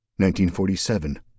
1947